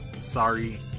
sorry